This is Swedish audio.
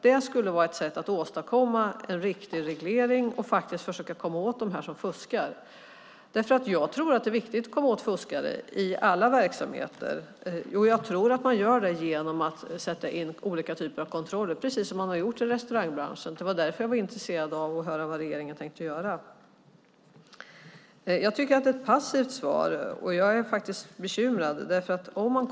Det skulle vara ett sätt att åstadkomma en riktig reglering och försöka komma åt dem som fuskar. Det är viktigt att komma åt fuskare i alla branscher, och jag tror att man gör det genom att sätta in olika typer av kontroller, precis som man har gjort i restaurangbranschen. Jag tycker att statsrådets svar är ett passivt svar. Jag är faktiskt bekymrad.